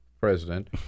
president